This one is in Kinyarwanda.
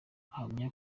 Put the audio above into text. ahamya